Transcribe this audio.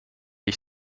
ich